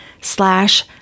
slash